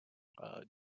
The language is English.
gym